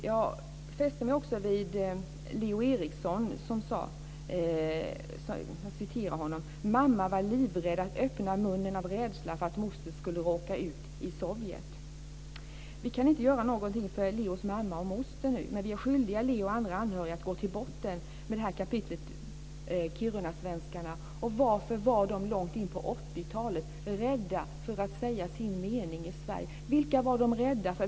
Jag fäste mig också vid det som Leo Eriksson sade: Mamma var livrädd att öppna munnen, av rädsla för att moster skulle råka ut i Sovjet. Vi kan inte göra någonting för Leos mamma och moster nu. Men vi är skyldiga Leo och andra anhöriga att gå till botten med kapitlet om kirunasvenskarna. Varför var de långt in på 80-talet rädda för att säga sin mening i Sverige? Vilka var de rädda för?